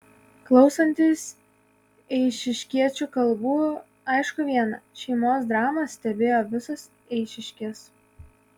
klausantis eišiškiečių kalbų aišku viena šeimos dramą stebėjo visos eišiškės